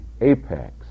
apex